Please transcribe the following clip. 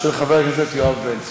של חבר הכנסת יואב בן צור.